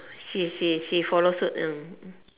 she she she follow suit ah